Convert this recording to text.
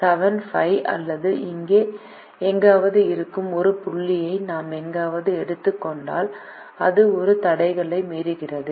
7 5 அல்லது இங்கே எங்காவது இருக்கும் ஒரு புள்ளியை நாம் எங்காவது எடுத்துக் கொண்டால் அது இரு தடைகளையும் மீறுகிறது